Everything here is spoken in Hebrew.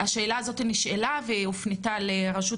השאלה הזאת נשאלה והיא הופנתה לרשות